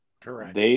Correct